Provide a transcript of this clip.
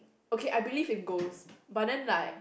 okay I believe in ghost but then like